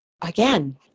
again